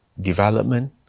development